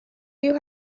you